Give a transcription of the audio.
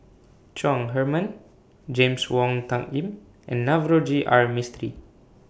Chong Heman James Wong Tuck Yim and Navroji R Mistri